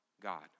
God